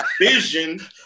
vision